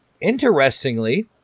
interestingly